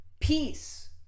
peace